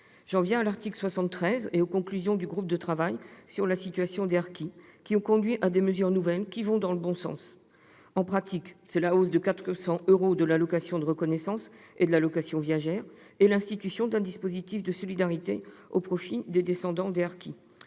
J'en viens à l'article 73 et aux conclusions du groupe de travail sur la situation des harkis, qui ont conduit à la prise de mesures nouvelles allant dans le bon sens : la revalorisation de 400 euros de l'allocation de reconnaissance et de l'allocation viagère et l'institution d'un dispositif de solidarité au profit des descendants des harkis.